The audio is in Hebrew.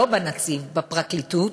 לא בנציב, בפרקליטות.